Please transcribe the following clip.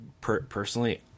personally